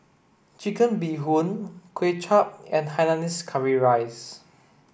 chicken bee hoon Kway Chap and Hainanese curry rice